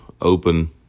open